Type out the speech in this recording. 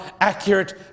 accurate